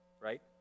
right